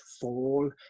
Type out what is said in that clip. fall